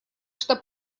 что